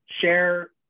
share